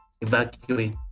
evacuate